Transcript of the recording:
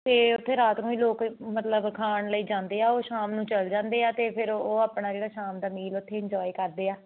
ਅਤੇ ਉੱਥੇ ਰਾਤ ਨੂੰ ਹੀ ਲੋਕ ਮਤਲਬ ਖਾਣ ਲਈ ਜਾਂਦੇ ਆ ਉਹ ਸ਼ਾਮ ਨੂੰ ਚਲ ਜਾਂਦੇ ਆ ਅਤੇ ਫਿਰ ਉਹ ਆਪਣਾ ਜਿਹੜਾ ਸ਼ਾਮ ਦਾ ਮੀਲ ਉੱਥੇ ਇੰਜੋਏ ਕਰਦੇ ਆ